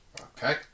Okay